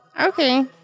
Okay